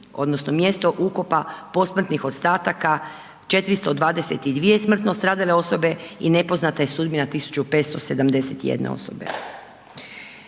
odnosno mjesto ukopa posmrtnih ostataka 422 smrtno stradale osobe i nepoznata je sudbina 1.571 osobe.